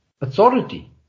authority